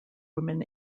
women